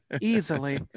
easily